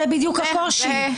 זה בדיוק הקושי,